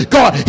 God